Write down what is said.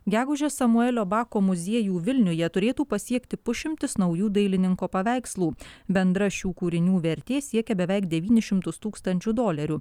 gegužę samuelio bako muziejų vilniuje turėtų pasiekti pusšimtis naujų dailininko paveikslų bendra šių kūrinių vertė siekia beveik devynis šimtus tūkstančių dolerių